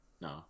No